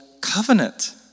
Covenant